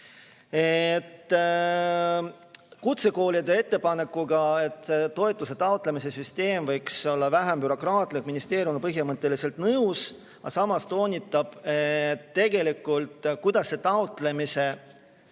Kutsekoolide ettepanekuga, et toetuse taotlemise süsteem võiks olla vähem bürokraatlik, on ministeerium põhimõtteliselt nõus, aga samas toonitab, kuidas see taotlemise